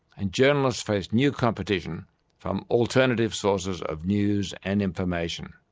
and journalists face new competition from alternative sources of news and information.